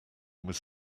was